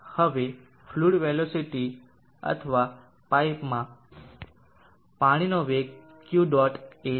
તેથી હવે fluid velocity અથવા પાઇપમાં પાણીનો વેગ Q ડોટ A છે